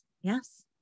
Yes